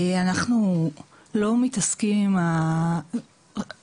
אנחנו לא מתעסקים עם הדברים האלה,